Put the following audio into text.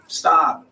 stop